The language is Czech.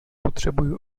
potřebuju